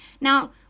Now